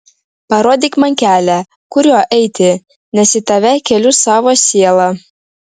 parodyk man kelią kuriuo eiti nes į tave keliu savo sielą